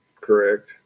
correct